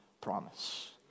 promise